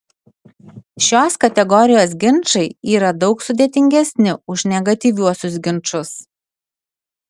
šios kategorijos ginčai yra daug sudėtingesni už negatyviuosius ginčus